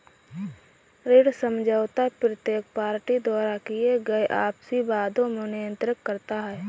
ऋण समझौता प्रत्येक पार्टी द्वारा किए गए आपसी वादों को नियंत्रित करता है